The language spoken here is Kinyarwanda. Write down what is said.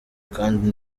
kandi